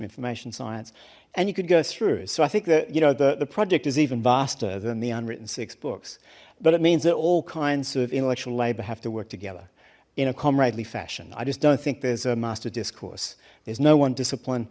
information science and you could go through so i think that you know the project is even faster than the unwritten six books but it means that all kinds of intellectual labor have to work together in a comradely fashion i just don't think there's a master discourse there's no one discipline